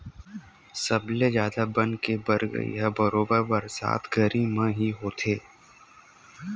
सबले जादा बन के बगरई ह बरोबर बरसात घरी म ही होथे